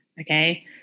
Okay